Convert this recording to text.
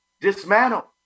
dismantle